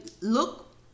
look